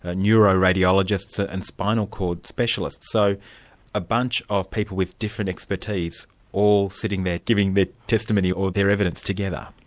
ah neuro-radiologists ah and spinal cord specialists, so a bunch of people with different expertise all sitting there, giving their testimony or their evidence together.